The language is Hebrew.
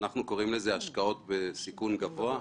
אנחנו קוראים לזה השקעות בסיכון גבוה.